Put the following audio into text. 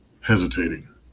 hesitating